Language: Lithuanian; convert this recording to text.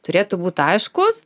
turėtų būt aiškus